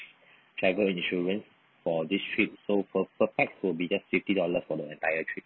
travel insurance for this trip so per per pax will be just fifty dollars for the entire trip